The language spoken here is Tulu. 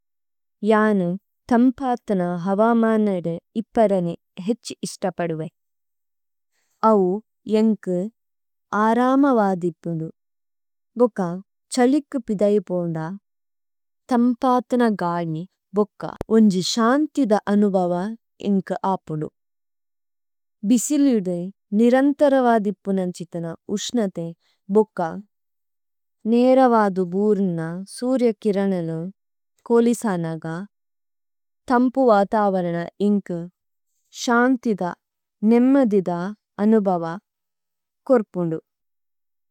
യാനു ഥമ്പഥ്ന ഹവമനദു ഇപ്പരനി ഹേഛ് ഇശ്തപദുവേ। ഔ ഏന്കു ആരമ വാദിപുന്ദു। ഭോക ഛലിക്കു പിദൈ പോന്ദ, ഥമ്പഥ്ന ഗാലി ബോക ഉന്ജി ശാന്തിദ അനുബവ ഏന്കു അപുദു। ഭിസിലിദു നിരന്തര വാദിപുനന്ഛിഥന ഉശ്നതേ ബോക, നേരവദു ബൂരുന സൂര്യകിരനലു കോലിസനഗ, ഥമ്പു വാതവരന ഏന്കു ശാന്തിദ നേമദിദ അനുബവ കോര്പുന്ദു।